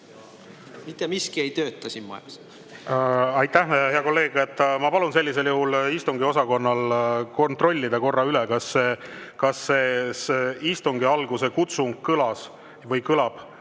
Mitte miski ei tööta siin majas. Aitäh, hea kolleeg! Ma palun sellisel juhul istungiosakonnal kontrollida, kas istungi alguse kutsung kõlab selle